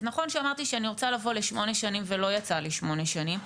אז נכון שאמרתי שאני רוצה לבוא לשמונה שנים ולא יצא לי שמונה שנים,